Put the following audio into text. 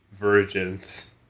virgins